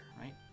right